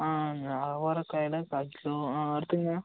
ஆ அவரைக்காயில் கால் கிலோ ஆ அடுத்ததுங்கண்ணா